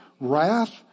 Wrath